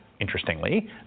interestingly